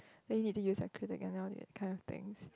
then you need to use acrylic and all that kind of things